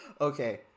Okay